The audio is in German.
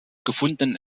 gefundenen